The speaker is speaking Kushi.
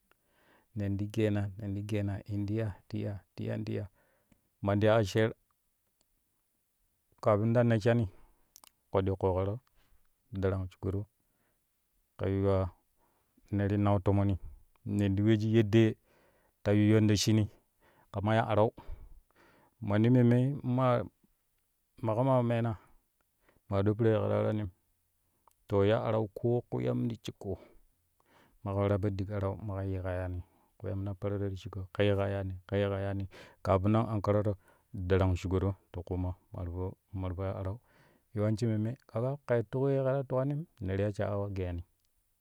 Nen ti geena nen ti geena in ti ya in ti ya ti ya ti ya man ti ya asher kafin ta nesshani ƙoɗɗi ƙoƙaro darang shugoro kɛ yuwa ne ti nau tomoni nen ti weji yeddee ta yuyyon ta shinii kama ya arau manni memmei in ma maƙo maa meena maa ɗo piree kɛ ta waranim to ya arau koo kpiyam ti shikko moƙa waraa po dik arau maƙa yukka yaani kpiyam nan perero ti shikko kɛ yikkani kɛ yikka yaani kafin nan ankararo darang shugoro shugoro kafin. An ankararo darang shugoro ti ƙuma ma ti po ma ti po ya arau yawanci memme ka ga kɛ tuku ye kɛ ta tukanim ne ti ya shaawa geyani.